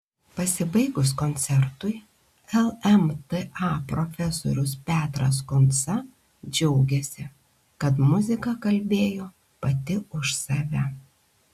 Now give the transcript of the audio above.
pasibaigus koncertui lmta profesorius petras kunca džiaugėsi kad muzika kalbėjo pati už save